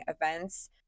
events